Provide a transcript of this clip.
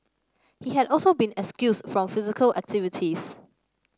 he had also been excused from physical activities